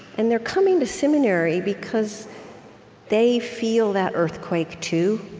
and they're coming to seminary because they feel that earthquake, too.